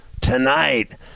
tonight